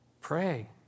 Pray